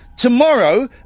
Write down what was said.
Tomorrow